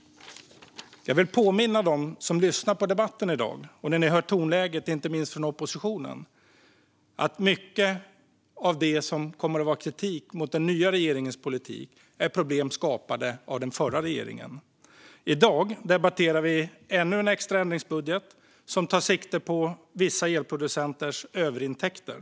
Jag vill påminna dem som lyssnar på debatten i dag och hör tonläget från oppositionen om att mycket av den kritik som kommer mot den nya regeringens politik berör problem skapade av den förra regeringen. I dag debatterar vi ännu en extra ändringsbudget, som tar sikte på vissa elproducenters överintäkter.